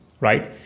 right